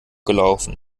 gelaufen